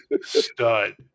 stud